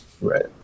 Right